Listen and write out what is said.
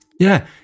Yeah